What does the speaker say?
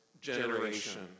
generation